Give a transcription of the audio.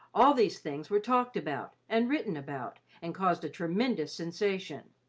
all these things were talked about and written about, and caused a tremendous sensation.